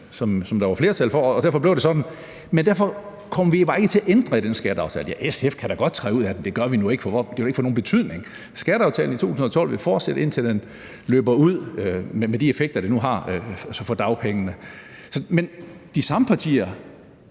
som der var flertal for, og derfor blev det sådan. Derfor kommer vi bare ikke til at ændre i den skatteaftale. Ja, SF kan da godt træde ud af den, men det gør vi nu ikke, for det vil ikke få nogen betydning. Skatteaftalen fra 2012 vil fortsætte, indtil den løber ud, med de effekter, det nu har for dagpengene. Men de samme partier